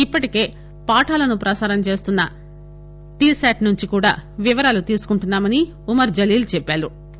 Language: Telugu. ఇప్పటికే పాఠాలను ప్రసారం చేస్తున్న టి శాట్ నుంచి కూడా వివరాలు తీసుకుంటున్నా మని ఉమర్ జలీల్ తెలిపారు